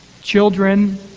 children